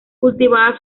cultivada